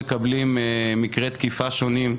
מקרי תקיפה שונים,